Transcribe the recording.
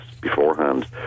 beforehand